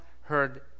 heard